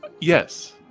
Yes